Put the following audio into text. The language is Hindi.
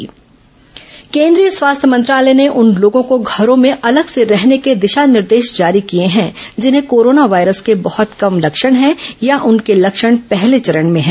कोरोना स्वास्थ्य मंत्रालय लक्षण केन्द्रीय स्वास्थ्य मंत्रालय ने उन लोगों को घरों में अलग से रहने के दिशा निर्देश जारी किये हैं जिन्हें कोरोना वायरस के बहुत कम लक्षण हैं या उनके लक्षण पहले चरण में हैं